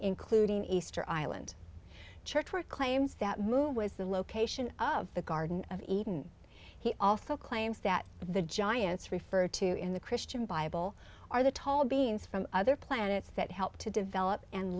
including easter island church where it claims that moon was the location of the garden of eden he also claims that the giants referred to in the christian bible are the tall beings from other planets that help to develop and